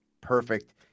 perfect